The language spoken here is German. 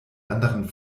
anderen